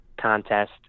contest